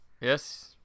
Yes